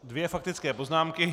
Dvě faktické poznámky.